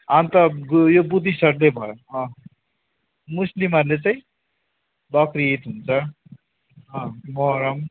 अन्त यो बुद्धिस्टहरूले भयो मुस्लिमहरूले चाहिँ बकरिद हुन्छ मोहरम